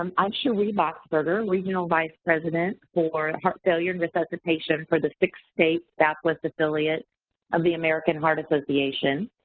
um i'm cherie' boxberger, regional vice president for heart failure and resuscitation for the six state southwest affiliate of the american heart association,